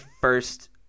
first